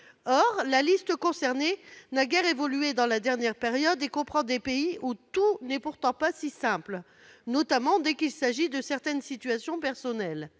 Or la liste concernée n'a guère évolué dans la dernière période et comprend des pays où tout n'est pourtant pas si simple, notamment dès qu'il s'agit de certaines situations personnelles.